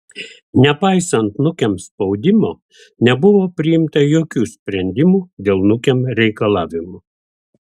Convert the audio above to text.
nepaisant nukem spaudimo nebuvo priimta jokių sprendimų dėl nukem reikalavimų